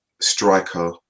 striker